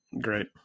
Great